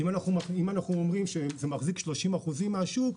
אם אנחנו אומרים שזה מחזיק 30% מהשוק,